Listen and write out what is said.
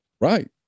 Right